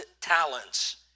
talents